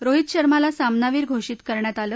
रोहित शर्माला सामनावीर घोषित करण्यात आलं